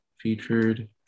featured